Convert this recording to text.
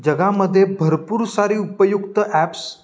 जगामध्ये भरपूर सारी उपयुक्त ॲप्स